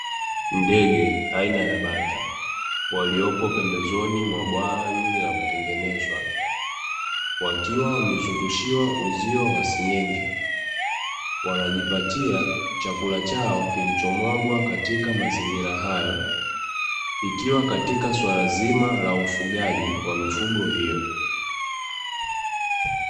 Ndege aina ya bata waliopo pembezoni mwa bwawa hili la kutengenezwa, wakiwa wamezungushiwa uzio wa senyenge. Wanajipatia chakula chao kilicho mwagwa katika mazingira hayo ikiwa katika suala zima la ufugaji wa mifugo hiyo.